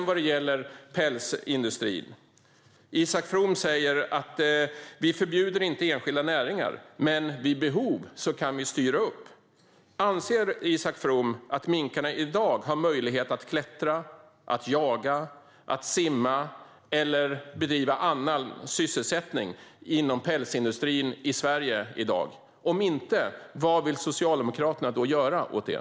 Vad gäller pälsindustrin säger Isak From: Vi förbjuder inte enskilda näringar, men vid behov kan vi styra upp. Anser Isak From att minkarna i dagens svenska pälsindustri har möjlighet att klättra, jaga, simma eller bedriva annan sysselsättning? Om inte, vad vill Socialdemokraterna göra åt det?